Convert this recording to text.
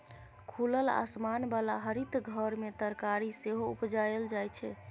खुलल आसमान बला हरित घर मे तरकारी सेहो उपजाएल जाइ छै